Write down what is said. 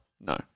No